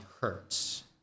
hurts